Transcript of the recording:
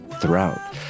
Throughout